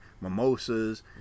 Mimosas